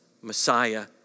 Messiah